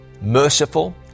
merciful